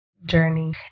journey